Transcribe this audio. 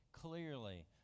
Clearly